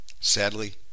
Sadly